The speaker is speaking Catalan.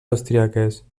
austríaques